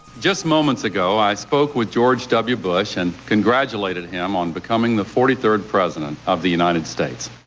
just moments ago i spoke with george w. bush and congratulated him on becoming the forty third president of the united states.